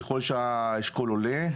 ככל שהאשכול עולה,